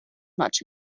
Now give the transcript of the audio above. much